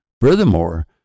Furthermore